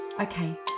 Okay